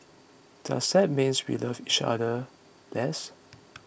does that means we love each other less